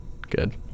Good